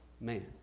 man